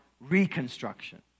reconstruction